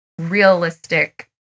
realistic